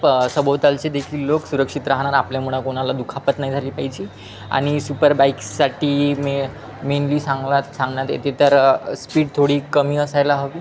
प सभोवतालचे देेखील लोक सुरक्षित राहणार आपल्यामुळं कोणाना दुखापत नाही झाली पाहिजे आणि सुपर बाईक्ससाठी मे मेनली सांगला सांगन्यात येते तर स्पीड थोडी कमी असायला हवी